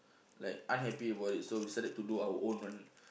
like unhappy about it so we started to do our own one